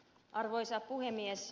arvoisa puhemies